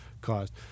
caused